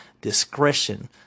discretion